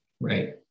Right